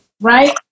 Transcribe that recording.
Right